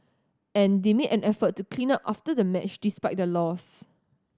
and they made an effort to clean up after the match despite the loss